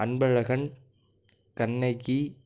Anbazhagan Kannagi